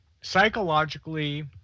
psychologically